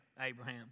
Abraham